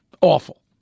awful